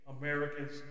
Americans